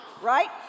right